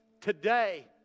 Today